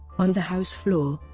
on the house floor,